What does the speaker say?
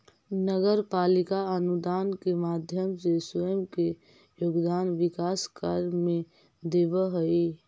नगर पालिका अनुदान के माध्यम से स्वयं के योगदान विकास कार्य में देवऽ हई